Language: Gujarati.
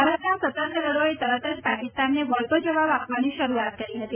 ભારતના સતર્ક દળોએ તરત જ પાકિસ્તાનને વળતો જવાબ આપવાની શરૂઆત કરી હતી